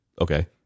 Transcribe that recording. Okay